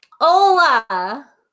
Hola